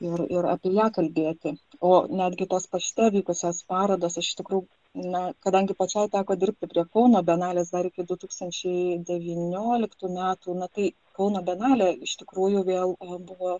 ir ir apie ją kalbėti o netgi tos pašte vykusios parodos iš tikrų na kadangi pačiai teko dirbti prie kauno bienalės dar iki du tūkstančiai devynioliktų metų tai kauno bienalė iš tikrųjų vėl buvo